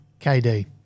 KD